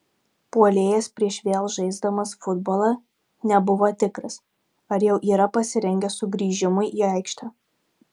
puolėjas prieš vėl žaisdamas futbolą nebuvo tikras ar jau yra pasirengęs sugrįžimui į aikštę